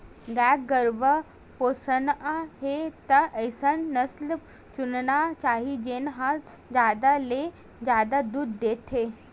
गाय गरूवा पोसना हे त अइसन नसल चुनना चाही जेन ह जादा ले जादा दूद देथे